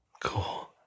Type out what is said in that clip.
Cool